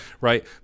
right